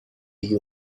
you